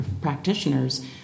practitioners